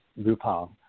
RuPaul